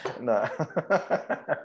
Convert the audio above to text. no